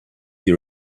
you